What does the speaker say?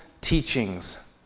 teachings